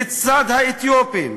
לצד האתיופים,